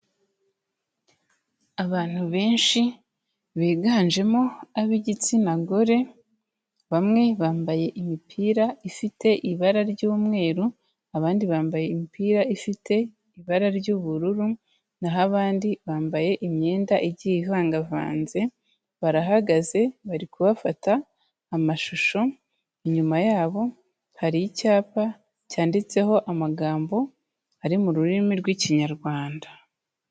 Abantu benshi biganjemo ab'igitsina gore, bamwe bambaye imipira ifite ibara ry'umweru, abandi bambaye imipira ifite ibara ry'ubururu, na ho abandi bambaye imyenda igiye ivangavanze, barahagaze bari kubafata amashusho, inyuma yabo hari icyapa cyanditseho amagambo ari mu rurimi rw'Ikinyarwanda.